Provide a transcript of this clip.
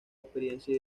experiencia